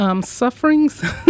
Sufferings